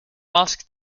mask